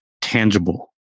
tangible